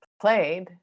played